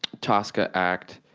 but ah tsca act,